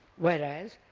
whereas